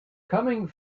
coming